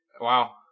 Wow